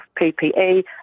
PPE